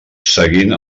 seguint